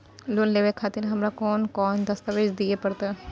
Loan लेवे खातिर हमरा कोन कौन दस्तावेज दिय परतै?